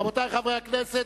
רבותי חברי הכנסת,